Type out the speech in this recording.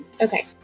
Okay